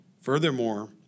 Furthermore